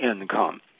income